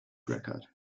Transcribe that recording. record